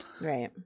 Right